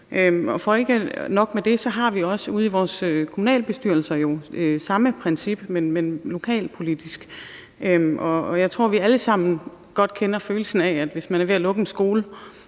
Og ikke nok med det, for ude i vores kommunalbestyrelser har vi jo samme princip, men lokalpolitisk. Jeg tror, at vi alle sammen godt kender følelsen af, at hvis man er ved at lukke en skole,